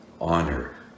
Honor